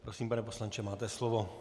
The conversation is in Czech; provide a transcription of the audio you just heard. Prosím, pane poslanče, máte slovo.